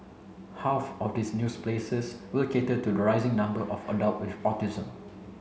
half of these news places will cater to the rising number of adult with autism